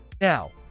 Now